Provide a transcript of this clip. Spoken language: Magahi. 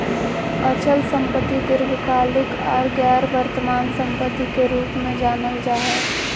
अचल संपत्ति दीर्घकालिक आर गैर वर्तमान सम्पत्ति के रूप मे जानल जा हय